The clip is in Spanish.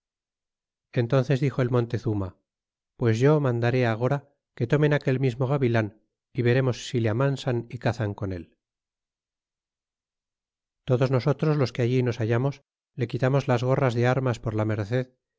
entónces dixo el montezuma pues yo mandaré agora que tomen aquel mismo gavilan y verémos si le amansan y cazan con el todos nosotros los que allí nos hallamos le quitamos las gorras de armas por la merced